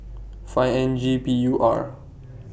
five N G P U R